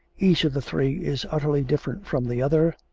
each of the three is utterly different from the other,